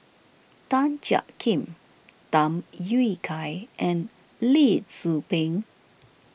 Tan Jiak Kim Tham Yui Kai and Lee Tzu Pheng